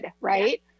right